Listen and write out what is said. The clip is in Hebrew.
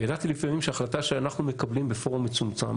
וידעתי לפעמים שהחלטה שאנחנו מקבלים בפורום מצומצם,